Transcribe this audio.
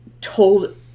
told